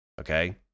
Okay